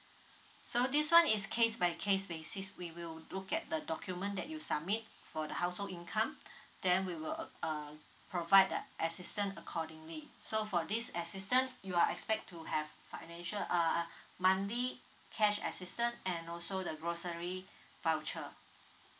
so this one is case by case basis we will look at the document that you submit for the household income then we will uh uh provide that assistance accordingly so for this assistance you are expect to have financial uh monthly cash assistance and also the grocery voucher